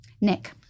Nick